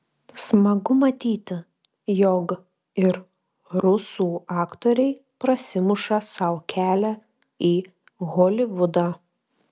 smagu matyti jog ir rusų aktoriai prasimuša sau kelią į holivudą